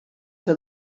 que